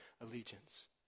allegiance